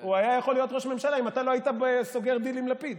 הוא היה יכול להיות ראש ממשלה אם אתה לא היית סוגר דיל עם לפיד.